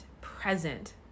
present